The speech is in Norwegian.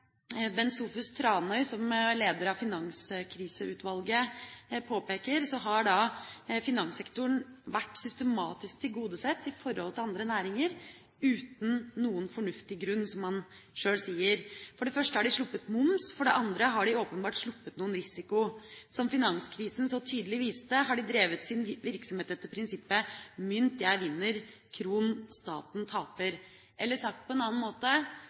Bent Sofus Tranøy, som var med i Finanskriseutvalget, påpeker, har finanssektoren vært systematisk tilgodesett i forhold til andre næringer, uten noen fornuftig grunn, som han sjøl sier. For det første har de sluppet moms, for det andre har de åpenbart sluppet noen risiko. Som finanskrisa så tydelig viste, har de drevet sin virksomhet etter prinsippet: mynt, jeg vinner; kron, staten taper. Eller sagt på en annen måte: